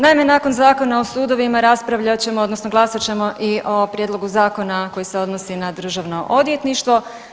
Naime, nakon Zakona o sudovima raspravljat ćemo odnosno glasat ćemo i o prijedlogu zakona koji se odnosi na državno odvjetništvo.